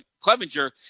Clevenger